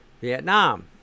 Vietnam